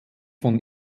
von